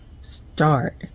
start